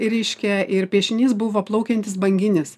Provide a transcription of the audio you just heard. reiškia ir piešinys buvo plaukiantis banginis